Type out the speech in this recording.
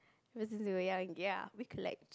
it was since we were young ya we collect